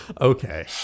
okay